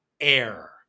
Air